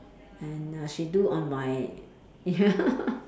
and uh she do on my